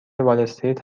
والاستریت